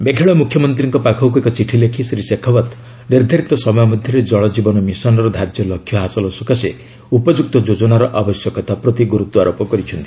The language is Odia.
ମେଘାଳୟ ମୁଖ୍ୟମନ୍ତ୍ରୀଙ୍କ ପାଖକୁ ଏକ ଚିଠି ଲେଖି ଶ୍ରୀ ଶେଖାଓ୍ୱତ ନିର୍ଦ୍ଧାରିତ ସମୟ ମଧ୍ୟରେ ଜଳଜୀବନ ମିଶନର ଧାର୍ଯ୍ୟ ଲକ୍ଷ୍ୟ ହାସଲ ସକାଶେ ଉପଯୁକ୍ତ ଯୋଜନାର ଆବଶ୍ୟକତା ପ୍ରତି ଗୁରୁତ୍ୱାରୋପ କରିଛନ୍ତି